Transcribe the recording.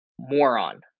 Moron